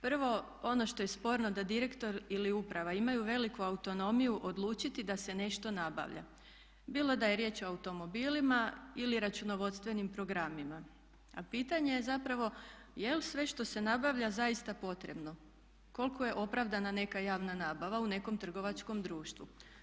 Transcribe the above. Prvo ono što je sporno da direktor ili uprava imaju veliku autonomiju odlučiti da se nešto nabavlja bilo da je riječ o automobilima ili računovodstvenim programima, a pitanje je zapravo jel' sve što se nabavlja zaista potrebno, koliko je opravdana neka javna nabava u nekom trgovačkom društvu.